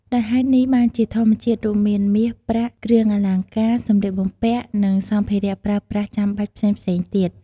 ដោយហេតុនេះ បានជាធម្មតារួមមាន មាស ប្រាក់ គ្រឿងអលង្ការ សម្លៀកបំពាក់ និងសម្ភារៈប្រើប្រាស់ចាំបាច់ផ្សេងៗទៀត។